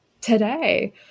today